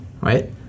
Right